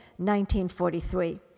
1943